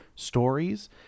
stories